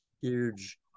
huge